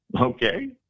okay